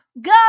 go